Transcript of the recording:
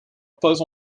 pas